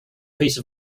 piece